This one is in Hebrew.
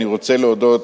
אני רוצה להודות,